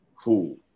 Cool